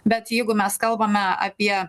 bet jeigu mes kalbame apie